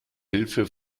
hilfe